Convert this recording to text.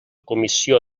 comissió